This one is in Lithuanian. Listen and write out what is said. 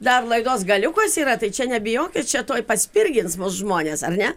dar laidos galiukas yra tai čia nebijokit čia tuoj paspirgins mus žmonės ar ne